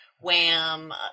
WHAM